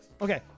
Okay